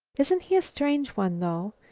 isn't he a strange one, though?